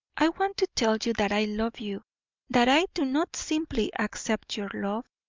i want to tell you that i love you that i do not simply accept your love,